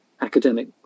academic